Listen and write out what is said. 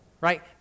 right